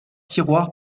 tiroir